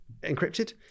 encrypted